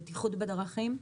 בטיחות בדרכים?